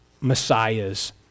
messiahs